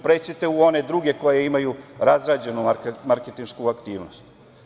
Pre ćete u one druge koje imaju razrađenu marketinšku aktivnost.